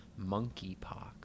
monkeypox